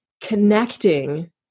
connecting